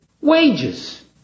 wages